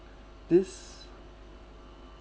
this